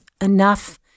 enough